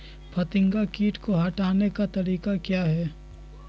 फतिंगा किट को हटाने का तरीका क्या है?